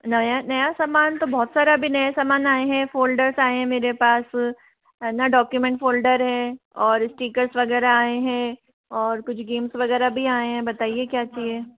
नया सामान तो बहुत सारा अभी नया सामान आया है फ़ोल्डर्स आए हैं मेरे पास ना डॉक्यूमेंट फोल्डर है और स्टिकर्स वगैरह आए हैं और कुछ गेम्स वगैरह भी आए हैं बताइए क्या चाहिए